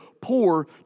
poor